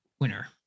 winner